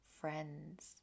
friends